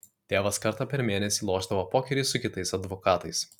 tėvas kartą per mėnesį lošdavo pokerį su kitais advokatais